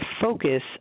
focus